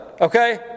okay